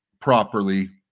properly